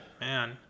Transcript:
man